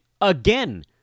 again